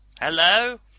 Hello